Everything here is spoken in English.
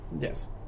Yes